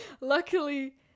luckily